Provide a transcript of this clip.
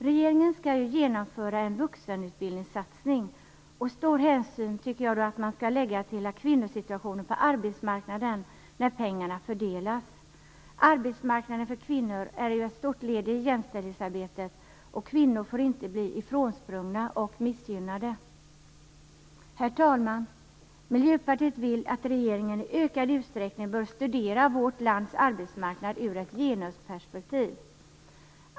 Regeringen skall ju genomföra en vuxenutbildningssatsning, och stor hänsyn bör då tas till kvinnornas situation på arbetsmarknaden när pengarna fördelas. Arbetsmarknaden för kvinnor är ju ett viktigt led i jämställdhetsarbetet, och kvinnor får inte bli ifrånsprungna och missgynnade. Herr talman! Miljöpartiet vill att regeringen i ökad utsträckning studerar vårt lands arbetsmarknad ur ett genusperspektiv.